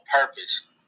Purpose